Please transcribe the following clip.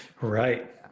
right